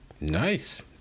Nice